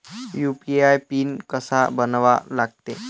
UPI PIN कसा बनवा लागते?